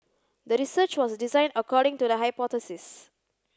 the research was designed according to the hypothesis